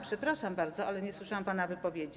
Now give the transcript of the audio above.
Przepraszam bardzo, ale nie słyszałam pana wypowiedzi.